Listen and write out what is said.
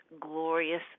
glorious